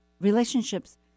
Relationships